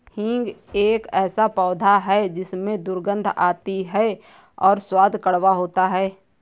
हींग एक ऐसा पौधा है जिसमें दुर्गंध आती है और स्वाद कड़वा होता है